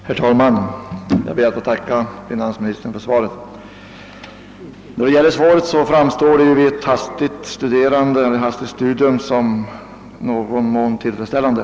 Herr talman! Jag ber att få tacka finansministern för svaret. Vid ett hastigt studium verkar svaret i någon mån tillfredsställande.